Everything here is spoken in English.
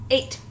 Eight